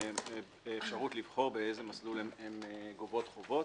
אפשרות לבחור באיזה מסלול הן גובות חובות.